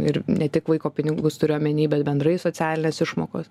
ir ne tik vaiko pinigus turiu omeny bet bendrai socialinės išmokos